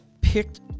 picked